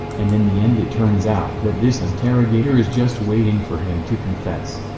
and in the end it turns out that this interrogator is just waiting for him to confess.